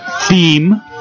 theme